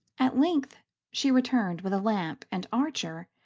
at length she returned with a lamp and archer,